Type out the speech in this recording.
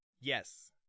Yes